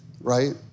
Right